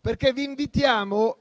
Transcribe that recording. perché vi invitiamo